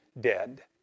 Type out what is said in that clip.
dead